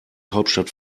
hauptstadt